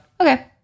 okay